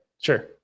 sure